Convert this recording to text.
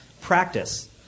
practice